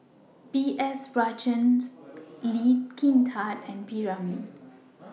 B S Rajhans Lee Kin Tat and P Ramlee